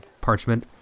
parchment